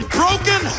broken